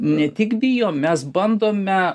ne tik bijom mes bandome